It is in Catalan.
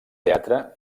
teatre